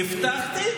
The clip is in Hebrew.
הבטחתי וקיימתי,